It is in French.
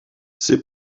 ces